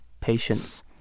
patience